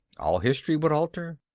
all history would alter.